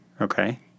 Okay